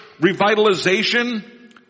revitalization